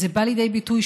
זה בא לידי ביטוי,